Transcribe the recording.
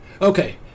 Okay